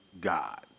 God